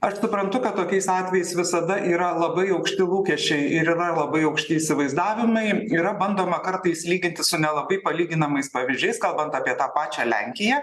aš suprantu kad tokiais atvejais visada yra labai aukšti lūkesčiai ir yra labai aukšti įsivaizdavimai yra bandoma kartais lygintis su nelabai palyginamais pavyzdžiais kalbant apie tą pačią lenkiją